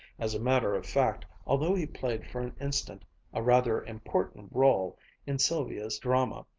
as a matter of fact, although he played for an instant a rather important role in sylvia's drama,